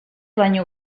baino